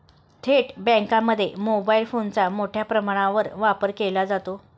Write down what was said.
थेट बँकांमध्ये मोबाईल फोनचा मोठ्या प्रमाणावर वापर केला जातो